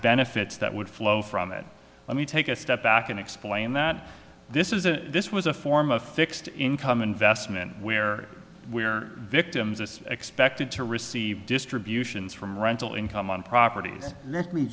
benefits that would flow from it let me take a step back and explain that this is a this was a form of fixed income investment where we are victims as expected to receive distributions from rental income on propert